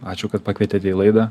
ačiū kad pakvietėte į laidą